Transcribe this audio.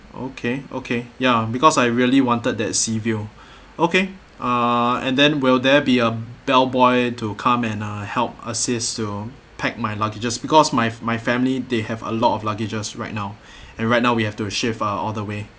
okay okay ya because I really wanted that sea view okay uh and then will there be a bellboy to come and uh help assist to pack my luggages because my my family they have a lot of luggages right now and right now we have to shift uh all the way